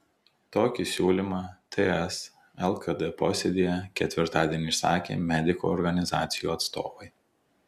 tokį siūlymą ts lkd posėdyje ketvirtadienį išsakė medikų organizacijų atstovai